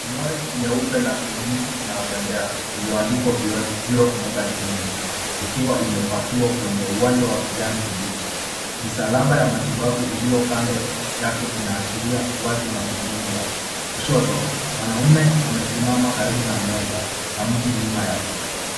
Lori nyeupe ya kliniki inayotembea iliyoandikwa Beyond Zero Mobile Clinic ikiwa imepakiwa kwenye uwanja wa kijani kibichi. Misalaba ya matibabu iliyo kando yake inaashiria wazi madhumuni yake. Kushoto, mwanaume amesimama karibu na meza na mti nyuma yake.